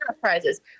prizes